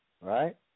right